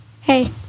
hey